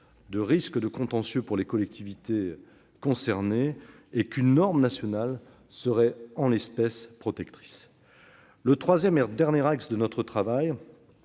de risques contentieux pour les collectivités concernées, et une norme nationale serait, en l'espèce, protectrice. Troisièmement, le dernier axe de notre travail,